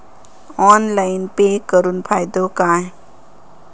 Online pay करुन फायदो काय?